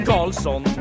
Carlson